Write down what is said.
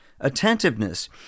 attentiveness